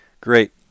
Great